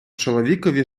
чоловікові